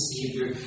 Savior